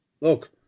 Look